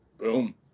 Boom